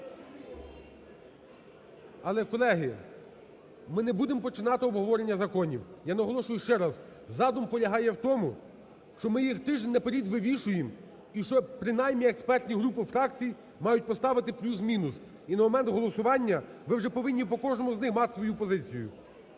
Але, колеги, ми не будемо починати обговорення законів. Я наголошую ще раз, задум полягає в тому, що ми їх тиждень наперед вивішуємо і, що принаймні експертні групи фракцій мають поставити "плюс-мінус". І на момент голосування ви вже повинні по кожному з них мати свою позицію.